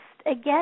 again